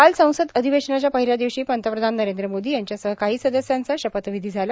काल संसद अधिवेशनाच्या पहिल्या दिवशी पंतप्रधान नरेंद्र मोदी यांच्यासह काही सदस्यांचा शपथविधी झाला